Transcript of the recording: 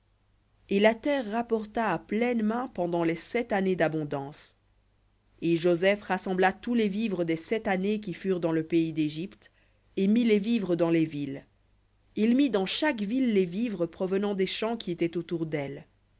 et la terre rapporta à pleines mains pendant les sept années dabondance et rassembla tous les vivres des sept années qui furent dans le pays d'égypte et mit les vivres dans les villes il mit dans chaque ville les vivres des champs qui étaient autour d'elle